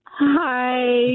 Hi